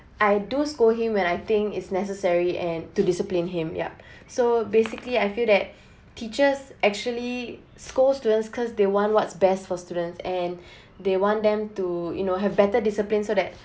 I do scold him when I think is necessary and to discipline him yup so basically I feel that teachers actually scold students because they want what's best for students and they want them to you know have better discipline so that